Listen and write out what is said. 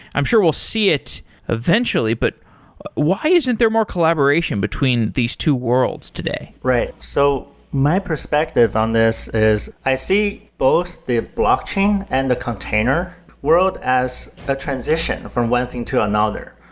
i'm sure we'll see it eventually, but why isn't there more collaboration between these two worlds today? right. so my perspective on this is i see both the blockchain and the container world as a transition from one thing to another,